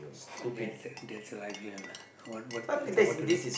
that's that's rival lah want water so what to do